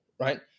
right